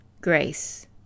grace